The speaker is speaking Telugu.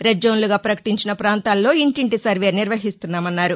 రెడ్ జోన్లుగా ప్రకటించిన ప్రాంతాల్లో ఇంటింటి సర్వే నిర్వహిస్తున్నామన్నారు